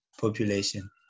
population